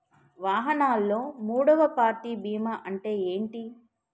వాహనాల్లో మూడవ పార్టీ బీమా అంటే ఏంటి?